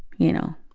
you know,